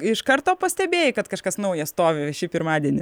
iš karto pastebėjai kad kažkas nauja stovi šį pirmadienį